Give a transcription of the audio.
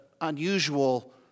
unusual